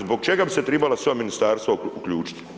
Zbog čega bi se trebala sva ministarstva uključiti?